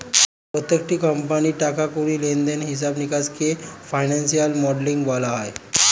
প্রত্যেকটি কোম্পানির টাকা কড়ি লেনদেনের হিসাব নিকাশকে ফিনান্সিয়াল মডেলিং বলা হয়